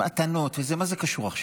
מתנות וזה, מה זה קשור עכשיו?